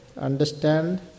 understand